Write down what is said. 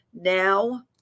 now